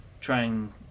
trying